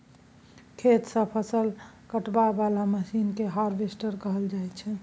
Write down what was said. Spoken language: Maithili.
खेत सँ फसल काटय बला मशीन केँ हार्वेस्टर कहल जाइ छै